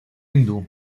hindú